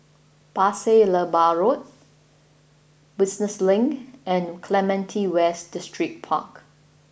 Pasir Laba Road Business Link and Clementi West Distripark